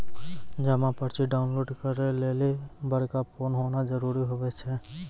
जमा पर्ची डाउनलोड करे लेली बड़का फोन होना जरूरी हुवै छै